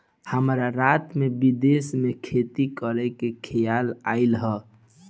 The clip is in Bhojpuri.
हमरा रात में विदेश में खेती करे के खेआल आइल ह